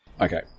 Okay